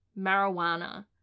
marijuana